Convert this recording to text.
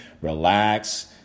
relax